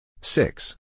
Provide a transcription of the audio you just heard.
Six